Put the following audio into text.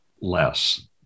less